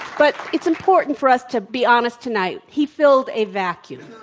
but it's important for us to be honest tonight. he filled a vacuum.